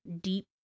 deep